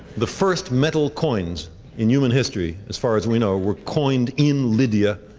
the first metal coins in human history, as far as we know, were coined in lydia,